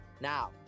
now